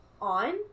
on